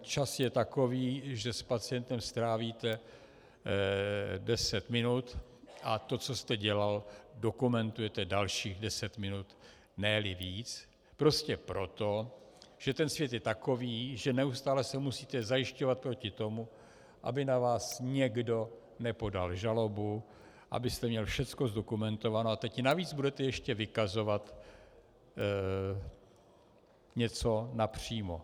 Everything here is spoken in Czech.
Čas je takový, že s pacientem strávíte 10 minut a to, co jste dělal, dokumentujete dalších 10 minut, neli víc, prostě proto, že svět je takový, že neustále se musíte zajišťovat proti tomu, aby na vás někdo nepodal žalobu, abyste měl všechno zdokumentováno, a teď navíc budete ještě vykazovat něco napřímo.